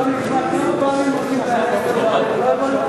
לדיון מוקדם בוועדה שתקבע ועדת הכנסת נתקבלה.